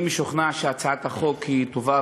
אני משוכנע שהצעת החוק היא טובה,